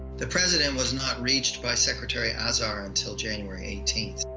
the president was not reached by secretary azar until january eighteen.